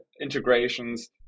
integrations